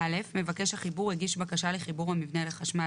מבקש החיבור הגיש בקשה לחיבור המבנה לחשמל,